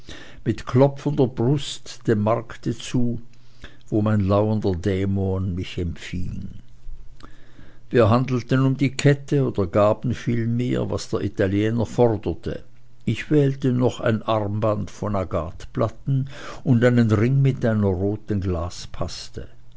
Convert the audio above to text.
mit klopfender brust dem markte zu wo mein lauernder dämon mich empfing wir handelten um die kette oder gaben vielmehr was der italiener forderte ich wählte noch ein armband von agatplatten und einen ring mit einer roten